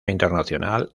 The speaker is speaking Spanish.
internacional